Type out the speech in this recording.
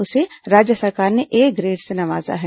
उसे राज्य सरकार ने ए ग्रेड से नवाजा है